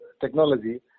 technology